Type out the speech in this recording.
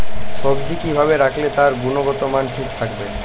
সবজি কি ভাবে রাখলে তার গুনগতমান ঠিক থাকবে?